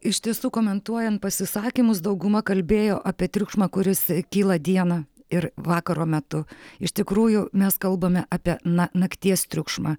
iš tiesų komentuojant pasisakymus dauguma kalbėjo apie triukšmą kuris kyla dieną ir vakaro metu iš tikrųjų mes kalbame apie na nakties triukšmą